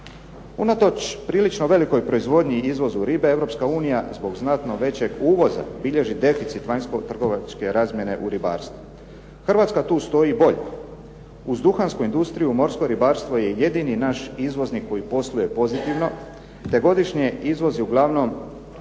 Unatoč prilično velikoj proizvodnji i izvozu ribe Europska unija zbog znatno većeg uvoza bilježi deficit vanjsko trgovačke razmjene u ribarstvu. Hrvatska tu stoji bolja uz duhansku industriju morsko ribarstvo je jedini naš izvoznik koji posluje pozitivno a godišnje izvozi uglavnom tune,